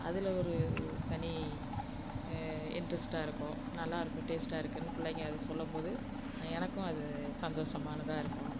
அதில் ஒரு தனி இன்ட்ரெஸ்ட்டாக இருக்கும் நல்லாயிருக்கு டேஸ்ட்டாக இருக்குதுன்னு பிள்ளைங்க அது சொல்லும்போது எனக்கும் அது சந்தோஷமானதாக இருக்கும்